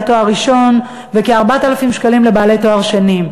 תואר ראשון וכ-4,000 שקלים לבעלי תואר שני.